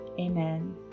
Amen